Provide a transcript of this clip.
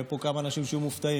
יהיו פה כמה אנשים שיהיו מופתעים.